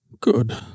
Good